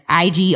IG